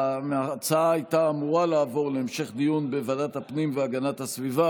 ההצעה הייתה אמורה לעבור להמשך דיון בוועדת הפנים והגנת הסביבה,